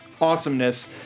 awesomeness